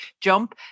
jump